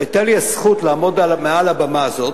והיתה לי הזכות לעמוד על הבמה הזו